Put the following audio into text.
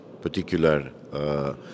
particular